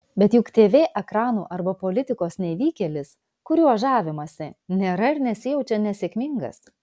bet juk tv ekranų arba politikos nevykėlis kuriuo žavimasi nėra ir nesijaučia nesėkmingas